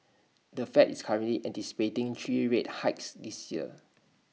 the fed is currently anticipating three rate hikes this year